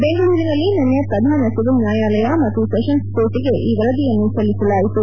ಬೆಂಗಳೂರಿನಲ್ಲಿ ನಿನ್ನೆ ಪ್ರಧಾನ ಸಿವಿಲ್ ನ್ನಾಯಾಲಯ ಮತ್ತು ಸೆಪನ್ಸ್ ಕೋರ್ಟಗೆ ಈ ವರದಿಯನ್ನು ಸಲ್ಲಿಸಲಾಯಿತು